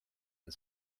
and